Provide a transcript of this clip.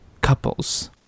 couples